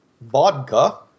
vodka